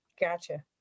Gotcha